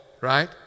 right